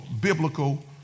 biblical